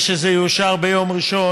מעריך את מה שאתה אומר ואת הרצון